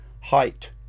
height